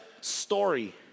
story